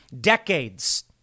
decades